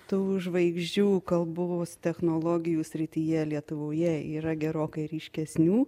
tų žvaigždžių kalbos technologijų srityje lietuvoje yra gerokai ryškesnių